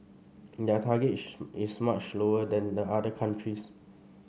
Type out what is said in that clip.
their target is much lower than the other countries